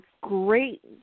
great